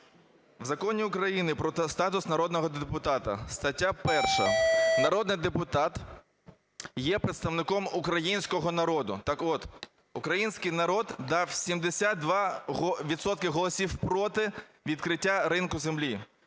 В Законі України про статус народного депутата, стаття 1: народний депутат є представником українського народу. Так от, український народ дав 72 відсотки голосів проти відкриття ринку землі.